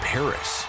Paris